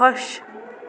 خۄش